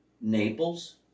Naples